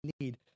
need